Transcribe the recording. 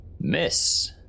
Miss